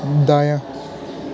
دایاں